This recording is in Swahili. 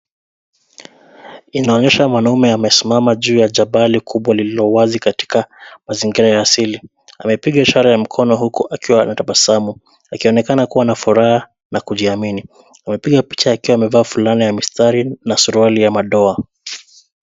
Inaonyesha mwanaume amesimama juu ya jabali kubwa lililowazi katika mazingira ya asili, amepiga ishara ya mkono huku akiwa anatabasamu akionekana kuwa na furaha na kujiamini, amepiga picha yake amevaa fulana ya mistari na suruali ya madoa.